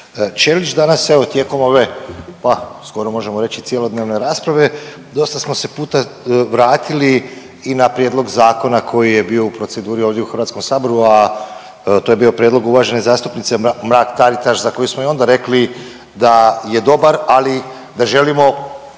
Ćelić. Danas evo tijekom ove pa skoro možemo reći cjelodnevne rasprave dosta smo se puta vratili i na prijedlog zakona koji je bio u proceduri ovdje u Hrvatskom saboru a to je bio prijedlog uvažene zastupnice Mrak-Taritaš za koju smo i onda rekli da je dobar, ali da želimo